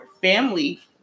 family